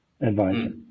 advisor